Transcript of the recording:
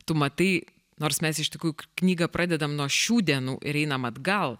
tu matai nors mes iš tikrųjų knygą pradedam nuo šių dienų ir einam atgal